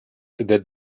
that